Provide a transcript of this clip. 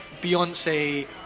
Beyonce